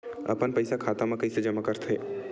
अपन पईसा खाता मा कइसे जमा कर थे?